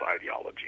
ideology